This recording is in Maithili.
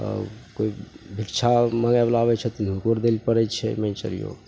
आओर कोइ भिक्षा माँगैवला आबै छथिन हुनको आओर दै ले पड़ै छै नहि चाही